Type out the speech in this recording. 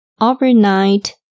overnight